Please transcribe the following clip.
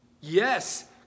Yes